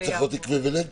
צריכה להיות אקוויוולנטיות.